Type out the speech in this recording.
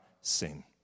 sin